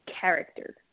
character